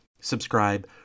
subscribe